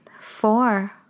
four